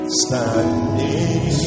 standing